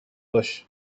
باشه